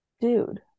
dude